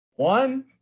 One